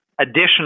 additional